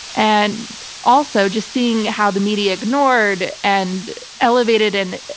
and also just seeing how the media ignored and elevated and.